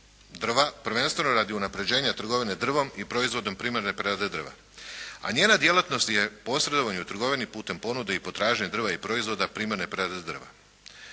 burza prvenstveno radi unapređenja trgovine drvom i proizvodom primarne prerade drva. A njena djelatnost je posredovanje u trgovini putem ponude i potražnje drva i proizvoda primarne prerade drva.